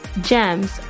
GEMS